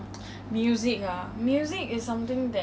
err 事情 lah